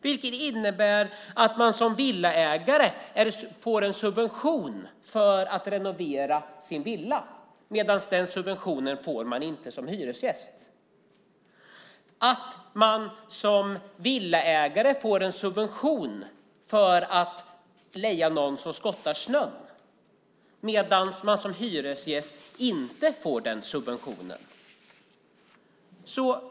Det innebär att villaägare får en subvention för att renovera sin villa. Men den subventionen får inte hyresgäster. Det innebär att villaägare får en subvention för att leja någon som skottar snö. Men den subventionen får inte hyresgäster.